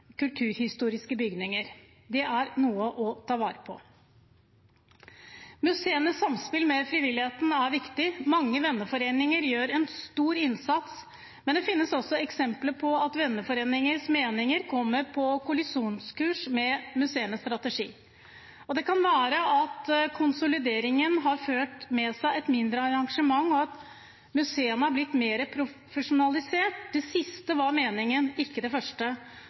kulturhistoriske bygninger. Det er noe å ta vare på. Museenes samspill med frivilligheten er viktig. Mange venneforeninger gjør en stor innsats, men det finnes også eksempler på at venneforeningers meninger kommer på kollisjonskurs med museenes strategi. Det kan være at konsolideringen har ført med seg et mindre arrangement, og at museene har blitt mer profesjonalisert – det siste var meningen, ikke det første.